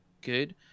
good